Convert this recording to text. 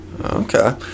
Okay